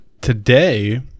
today